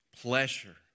pleasure